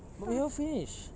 but we haven't finished